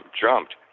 jumped